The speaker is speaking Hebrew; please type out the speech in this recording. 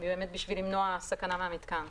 בשביל למנוע סכנה מהמיתקן.